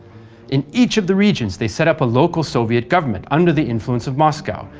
in each of the regions they set up a local soviet government under the influence of moscow,